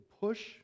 push